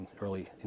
early